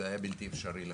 זה היה בלתי אפשרי לחלוטין.